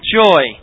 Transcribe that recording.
joy